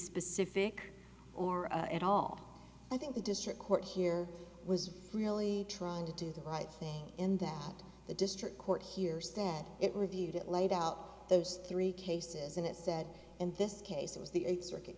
specific or at all i think the district court here was really trying to do the right thing in that the district court here stead it reviewed it laid out those three cases and it said in this case it was the eight circuit